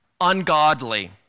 ungodly